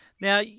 Now